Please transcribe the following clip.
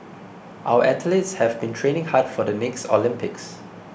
our athletes have been training hard for the next Olympics